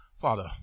Father